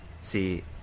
See